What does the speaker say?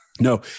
no